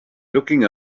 looking